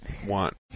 one